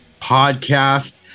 Podcast